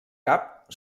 cap